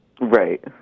right